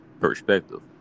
perspective